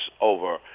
over